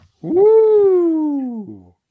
Woo